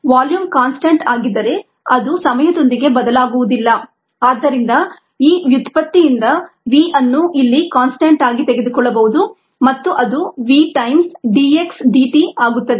volume constant ಆಗಿದ್ದರೆ ಅದು ಸಮಯದೊಂದಿಗೆ ಬದಲಾಗುವುದಿಲ್ಲ ಆದ್ದರಿಂದ ಈ ವ್ಯುತ್ಪತ್ತಿಯಿಂದ V ಅನ್ನು ಇಲ್ಲಿ ಕಾನ್ಸ್ಟಂಟ್ ಆಗಿ ತೆಗೆದುಕೊಳ್ಳಬಹುದು ಮತ್ತು ಇದು V times d x dt ಆಗುತ್ತದೆ